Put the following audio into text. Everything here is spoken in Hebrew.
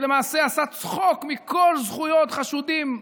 שלמעשה עשה צחוק מכל זכויות החשודים,